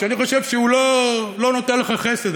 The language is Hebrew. שאני חושב שהוא לא נותן לך חסד,